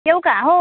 येऊ का हो